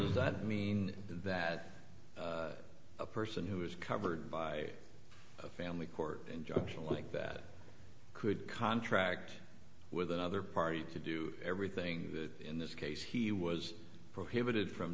for that mean that a person who is covered by a family court injunction like that could contract with another party to do everything that in this case he was prohibited from